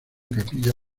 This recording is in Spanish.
capilla